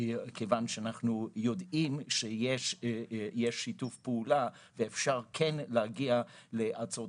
כיוון שאנחנו יודעים שיש שיתוף פעולה ואפשר כן להגיע להצעות